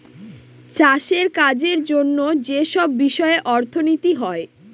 চাষের কাজের জন্য যেসব বিষয়ে অর্থনীতি হয়